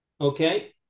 Okay